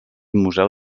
museu